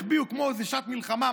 החביאו כמו בשעת מלחמה,